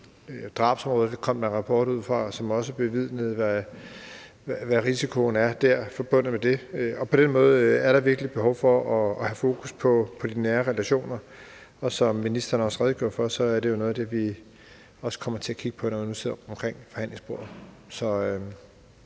drabsområdet kommet en rapport ud, som også bevidner, hvad risikoen forbundet med det er. På den måde er der virkelig et behov for at have fokus på de nære relationer, og som ministeren også redegjorde for, er det jo også noget af det, som vi kommer til at kigge på, når vi nu sidder omkring forhandlingsbordet.